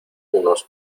unos